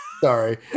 Sorry